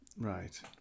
Right